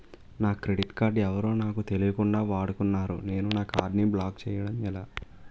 నా credit card ఎవరో నాకు తెలియకుండా వాడుకున్నారు నేను నా కార్డ్ ని బ్లాక్ చేయడం ఎలా?